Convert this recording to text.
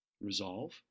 resolve